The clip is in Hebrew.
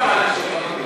עוד כמה אנשים יודעים.